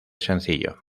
sencillo